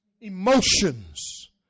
Emotions